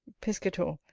piscator.